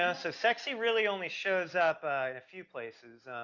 ah so sexy really only shows up a few places.